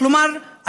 כלומר,